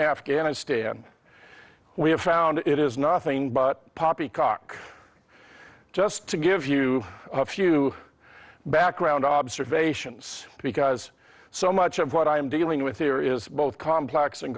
afghanistan we have found it is nothing but poppycock just to give you a few background observations because so much of what i am dealing with here is both complex and